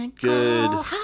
good